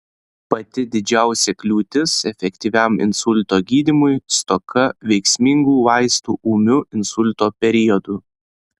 pati didžiausia kliūtis efektyviam insulto gydymui stoka veiksmingų vaistų ūmiu insulto periodu